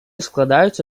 складаються